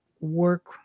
work